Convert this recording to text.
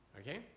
Okay